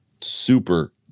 Super